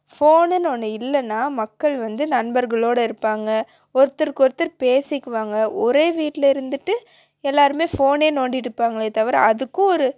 ஃபோனுனு ஒன்று இல்லைன்னா மக்கள் வந்து நண்பர்களோடு இருப்பாங்க ஒருத்தருக்கொருத்தர் பேசிக்குவாங்க ஒரே வீட்டில் இருந்துட்டு எல்லாருமே ஃபோனே நோண்டிட்டுப்பாங்களே தவிர அதுக்கும் ஒரு